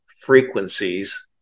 frequencies